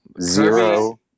Zero